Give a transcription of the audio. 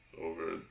Over